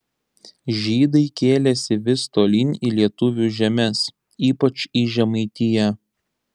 žydai kėlėsi vis tolyn į lietuvių žemes ypač į žemaitiją